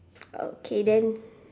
okay then